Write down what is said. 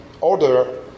order